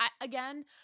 again